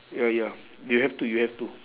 ya ya you have to you have to